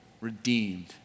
redeemed